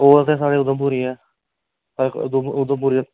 कोल ते साढ़े उधमपुर ई ऐ साढ़े उधमपुर उधमपुर ई ऐ